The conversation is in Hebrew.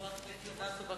חברת הכנסת אדטו.